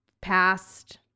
past